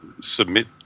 submit